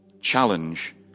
Challenge